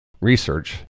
research